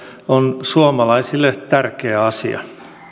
on suomalaisille tärkeä asia